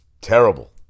terrible